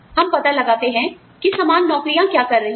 हम पता लगाते हैं समान नौकरियाँ क्या कर रही हैं